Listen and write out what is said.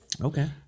Okay